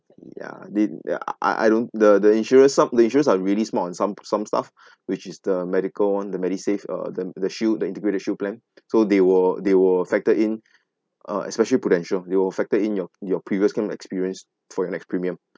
ya they I I don't the the insurer some the insurers are really smart on some some stuff which is the medical [one] the MediSave uh the the shield the integrated shield plan so they will they will factor in uh especially Prudential they will factor in your your previous claim experience for your next premium